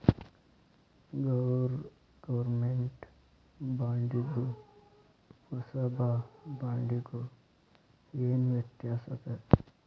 government ಬಾಂಡಿಗೂ ಪುರ್ಸಭಾ ಬಾಂಡಿಗು ಏನ್ ವ್ಯತ್ಯಾಸದ